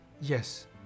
Yes